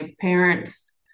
parents